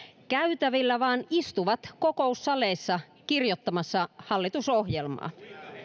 käytävillä vaan istuvat kokoussaleissa kirjoittamassa hallitusohjelmaa